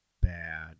bad